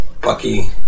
Bucky